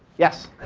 yes.